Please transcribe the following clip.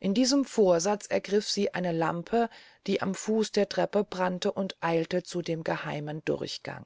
in diesem vorsatz ergrif sie eine lampe die am fuß der treppe brannte und eilte zu dem geheimen durchgang